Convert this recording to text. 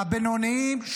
הבינוניים,